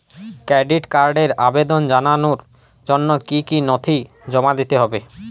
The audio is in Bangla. ক্রেডিট কার্ডের আবেদন জানানোর জন্য কী কী নথি জমা দিতে হবে?